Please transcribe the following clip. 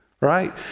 right